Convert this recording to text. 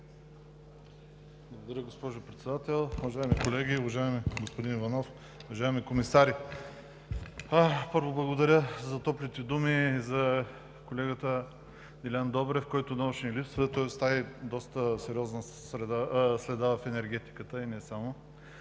Благодаря, госпожо Председател. Уважаеми колеги, уважаеми господин Иванов, уважаеми комисари! Първо, благодаря за топлите думи за колегата Делян Добрев, който много ще ни липсва. Той остави доста сериозна следа в енергетиката, и не само,